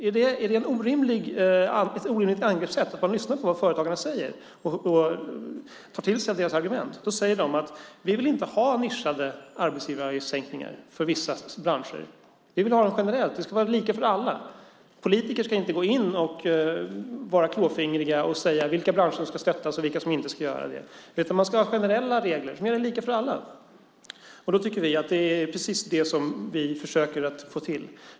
Är det ett orimligt angreppssätt att man lyssnar på vad företagarna säger och tar till sig deras argument? De säger: Vi vill inte ha nischade arbetsgivaravgiftssänkningar för vissa branscher. Vi vill ha dem generellt. Det ska vara lika för alla. Politiker ska inte gå in och vara klåfingriga och säga vilka branscher som ska stöttas och vilka som inte ska stöttas, utan man ska ha generella regler som gäller lika för alla. Vi tycker att det är precis det som vi försöker få till.